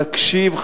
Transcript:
תקשיב,